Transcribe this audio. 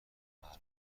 معلوم